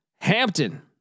Hampton